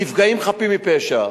נפגעים חפים מפשע.